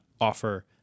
offer